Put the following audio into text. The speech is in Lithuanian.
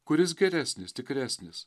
kuris geresnis tikresnis